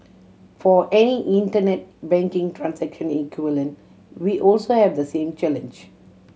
for any Internet banking transact equivalent we also have the same challenge